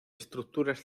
estructuras